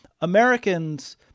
Americans